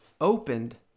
opened